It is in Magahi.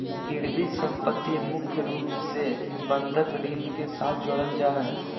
गिरबी सम्पत्ति मुख्य रूप से बंधक ऋण के साथ जोडल जा हय